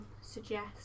suggest